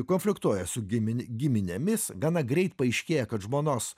konfliktuoja su gimin giminėmis gana greit paaiškėja kad žmonos